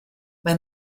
maen